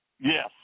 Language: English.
Yes